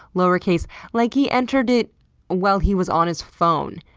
lower case, like he entered it while he was on his phone,